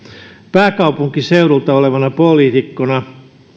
pääkaupunkiseudulta olevana poliitikkona